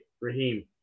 Raheem